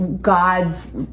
God's